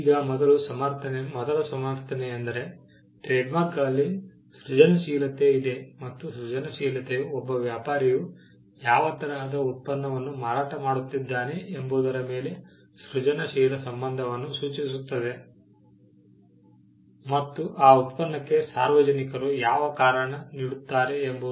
ಈಗ ಮೊದಲ ಸಮರ್ಥನೆಯೆಂದರೆ ಟ್ರೇಡ್ಮಾರ್ಕ್ಗಳಲ್ಲಿ ಸೃಜನಶೀಲತೆ ಇದೆ ಮತ್ತು ಸೃಜನಶೀಲತೆಯು ಒಬ್ಬ ವ್ಯಾಪಾರಿಯು ಯಾವ ತರಹದ ಉತ್ಪನ್ನವನ್ನು ಮಾರಾಟ ಮಾಡುತ್ತಿದ್ದಾನೆ ಎಂಬುದರ ಮೇಲೆ ಸೃಜನಶೀಲ ಸಂಬಂಧವನ್ನು ಸೂಚಿಸುತ್ತದೆ ಮತ್ತು ಆ ಉತ್ಪನ್ನಕ್ಕೆ ಸಾರ್ವಜನಿಕರು ಯಾವ ಕಾರಣ ನೀಡುತ್ತಾರೆ ಎಂಬುದು